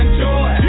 joy